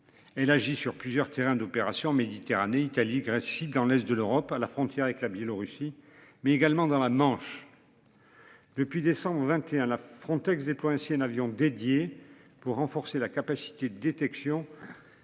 Et là gît sur plusieurs terrains d'opération Méditerranée. Italie, Grèce, dans l'est de l'Europe à la frontière avec la Biélorussie, mais également dans la Manche. Depuis décembre 21 la Frontex déploie ainsi un avion dédié pour renforcer la capacité de détection.